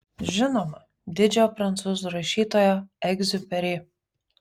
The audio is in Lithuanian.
žinoma didžiojo prancūzų rašytojo egziuperi